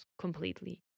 completely